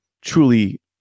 truly